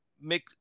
make